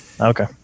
Okay